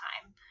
time